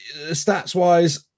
stats-wise